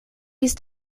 ist